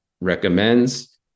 recommends